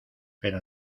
pero